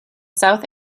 south